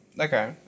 Okay